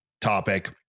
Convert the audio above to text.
topic